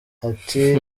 ati